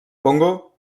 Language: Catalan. congo